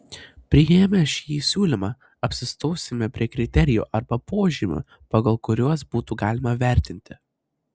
priėmę šį siūlymą apsistosime prie kriterijų arba požymių pagal kuriuos būtų galima vertinti